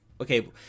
okay